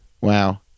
Wow